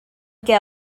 què